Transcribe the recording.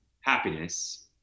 happiness